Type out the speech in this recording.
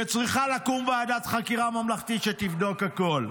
"שצריכה לקום ועדת חקירה ממלכתית שתבדוק הכול".